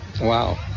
Wow